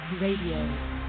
Radio